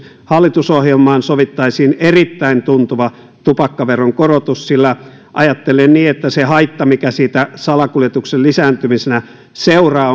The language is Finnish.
hallitusohjelmaan sovittaisiin erittäin tuntuva tupakkaveron korotus sillä ajattelen niin että se haitta mikä siitä salakuljetuksen lisääntymisenä seuraa